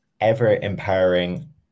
ever-empowering